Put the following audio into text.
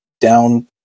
down